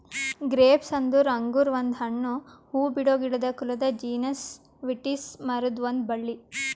grapes ಅಂದುರ್ ಅಂಗುರ್ ಒಂದು ಹಣ್ಣು, ಹೂಬಿಡೋ ಗಿಡದ ಕುಲದ ಜೀನಸ್ ವಿಟಿಸ್ ಮರುದ್ ಒಂದ್ ಬಳ್ಳಿ